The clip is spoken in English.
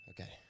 Okay